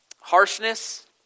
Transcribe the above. Harshness